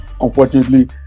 unfortunately